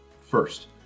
First